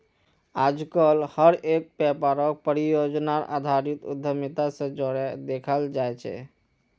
आजकल हर एक व्यापारक परियोजनार आधारित उद्यमिता से जोडे देखाल जाये छे